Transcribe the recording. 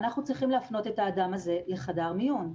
אנחנו צריכים להפנות את האדם הזה לחדר המיון,